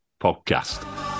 podcast